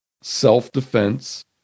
self-defense